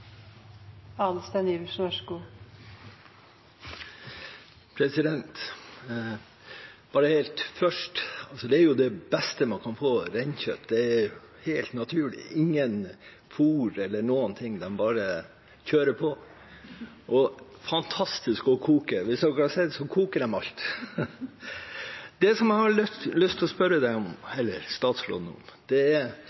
et større konfliktnivå. Så ja, dette vil jeg være veldig obs på. Først: Reinkjøtt er det beste man kan få. Det er helt naturlig – de bare kjører på. Det er et fantastisk kjøtt å koke. Kanskje har dere sett at de koker alt. Det jeg har lyst til å spørre statsråden om, er om